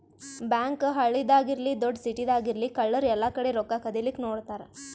bank ಹಳ್ಳಿದಾಗ್ ಇರ್ಲಿ ದೊಡ್ಡ್ ಸಿಟಿದಾಗ್ ಇರ್ಲಿ ಕಳ್ಳರ್ ಎಲ್ಲಾಕಡಿ ರೊಕ್ಕಾ ಕದಿಲಿಕ್ಕ್ ನೋಡ್ತಾರ್